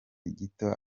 gito